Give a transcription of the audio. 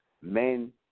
Men